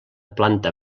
planta